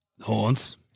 Horns